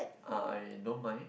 uh I don't mind